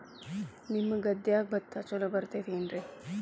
ನಿಮ್ಮ ಗದ್ಯಾಗ ಭತ್ತ ಛಲೋ ಬರ್ತೇತೇನ್ರಿ?